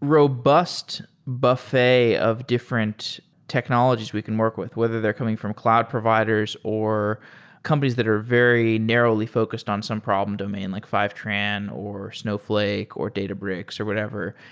robust buffet of different technologies we can work with, whether they're coming from cloud providers or companies that are very narrowly focused on some problem domain, like fivetran, or snowfl ake, or databricks, or whatever,